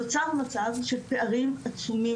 נוצר מצב של פערים עצומים,